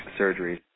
surgeries